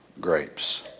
grapes